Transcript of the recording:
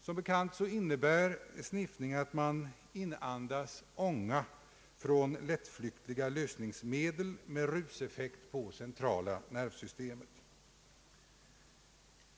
Som bekant innebär sniffning att man inandas ånga från lättflyktiga lösningsmedel med ruseffekt på det centrala nervsystemet.